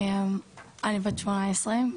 אני בת 18,